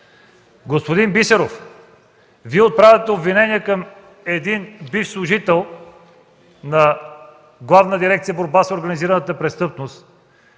Господин Бисеров, Вие отправяте обвинение към един бивш служител на Главна дирекция „Борба с организираната престъпност”,